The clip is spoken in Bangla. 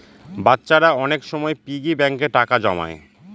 বাচ্চারা অনেক সময় পিগি ব্যাঙ্কে টাকা জমায়